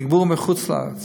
תגבור מחוץ לארץ